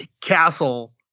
Castle